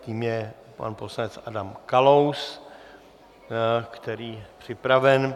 Tím je pan poslanec Adam Kalous, který už je připraven.